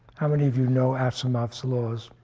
how many of you know asimov's laws?